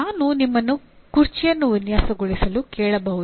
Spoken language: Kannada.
ನಾನು ನಿಮ್ಮನ್ನು ಕುರ್ಚಿಯನ್ನು ವಿನ್ಯಾಸಗೊಳಿಸಲು ಕೇಳಬಹುದು